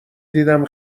دیدم